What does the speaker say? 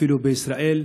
אפילו בישראל.